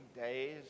days